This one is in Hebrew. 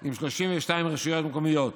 עם 32 רשויות מקומיות.